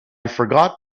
forgot